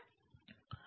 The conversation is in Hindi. mstmg